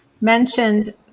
mentioned